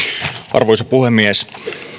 arvoisa puhemies